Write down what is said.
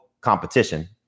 competition